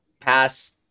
pass